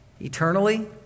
eternally